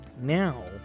Now